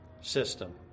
system